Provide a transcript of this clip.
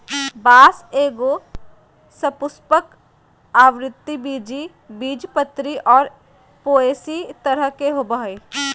बाँस एगो सपुष्पक, आवृतबीजी, बीजपत्री और पोएसी तरह के होबो हइ